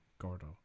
Gordo